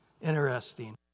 interesting